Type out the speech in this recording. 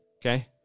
okay